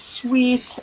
sweet